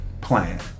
plan